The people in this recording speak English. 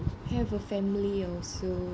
have a family also